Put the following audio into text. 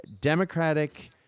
Democratic